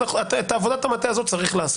צריך לעשות את עבודת המטה הזו.